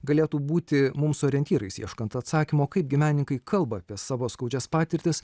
galėtų būti mums orientyrais ieškant atsakymo kaipgi menininkai kalba apie savo skaudžias patirtis